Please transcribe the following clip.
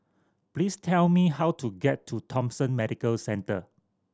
please tell me how to get to Thomson Medical Centre